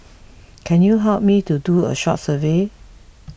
can you help me to do a short survey